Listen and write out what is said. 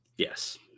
Yes